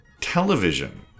Television